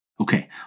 Okay